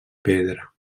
pedra